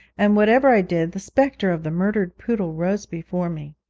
and, whatever i did, the spectre of the murdered poodle rose before me.